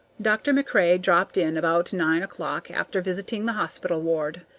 dr. macrae dropped in about nine o'clock, after visiting the hospital ward.